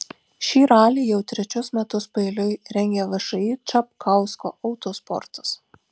šį ralį jau trečius metus paeiliui rengia všį čapkausko autosportas